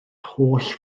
holl